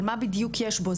אבל מה בדיוק יש בו?